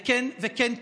וכן תרבינה.